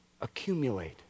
accumulate